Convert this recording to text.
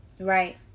Right